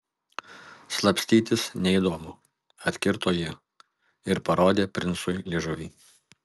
slapstytis neįdomu atkirto ji ir parodė princui liežuvį